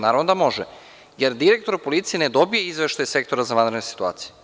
Naravno da može, jer direktor policije ne dobija izveštaj Sektora za vanredne situacije.